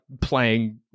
playing